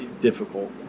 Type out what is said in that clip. difficult